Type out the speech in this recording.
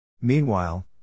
Meanwhile